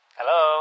Hello